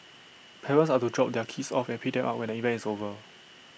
parents are to drop their kids off and pick them up when the event is over